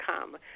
come